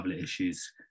issues